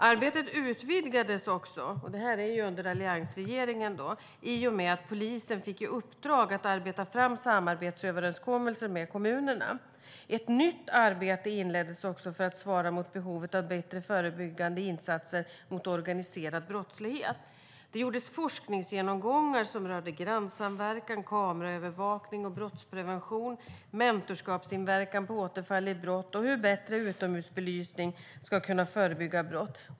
Arbetet utvidgades också, och det här är alltså under alliansregeringen, i och med att polisen fick i uppdrag att arbeta fram samarbetsöverenskommelser med kommunerna. Ett nytt arbete inleddes också för att svara mot behovet av bättre förebyggande insatser mot organiserad brottslighet. Det gjordes forskningsgenomgångar som rörde grannsamverkan, kameraövervakning och brottsprevention, mentorskapsinverkan på återfall i brott och hur bättre utomhusbelysning ska kunna förebygga brott.